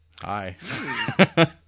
Hi